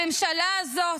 הממשלה הזאת,